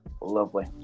Lovely